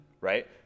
right